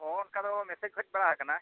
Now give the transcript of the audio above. ᱦᱮᱸ ᱚᱱᱠᱟ ᱫᱚ ᱢᱮᱥᱮᱡᱽ ᱠᱚ ᱦᱮᱡ ᱵᱟᱲᱟ ᱟᱠᱟᱱᱟ